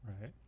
Right